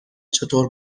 چطور